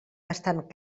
bastant